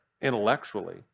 intellectually